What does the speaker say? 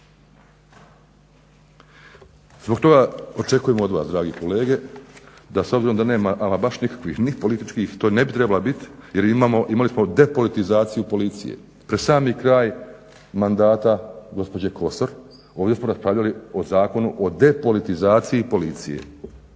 Zbog toga očekujem od vas dragi kolege da s obzirom da nema ama baš nikakvih ni političkih to ne bi trebala bit jer imali smo depolitizaciju policije, pred sami kraj mandata gospođe Kosor ovdje smo raspravljali o Zakonu o depolitizaciji policije.